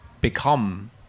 become